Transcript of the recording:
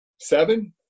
seven